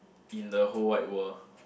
in the whole wide world